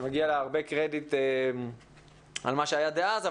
מגיע לה הרבה קרדיט על מה שהיה אז.